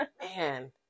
Man